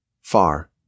far